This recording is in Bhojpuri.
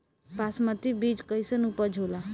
बासमती बीज कईसन उपज होला?